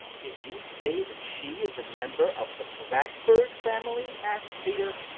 did you say that she is a member of the blackbird family? asked peter.